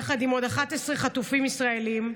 יחד עם עוד 11 חטופים ישראלים,